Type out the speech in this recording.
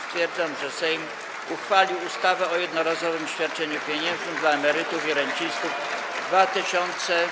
Stwierdzam, że Sejm uchwalił ustawę o jednorazowym świadczeniu pieniężnym dla emerytów i rencistów w 2019